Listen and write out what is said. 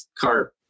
carp